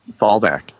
fallback